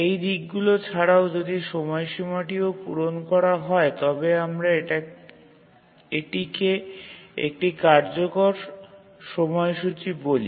এই দিকগুলি ছাড়াও যদি সময়সীমাটিও পূরণ করা হয় তবে আমরা এটিকে একটি কার্যকর সময়সূচী বলি